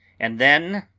and then!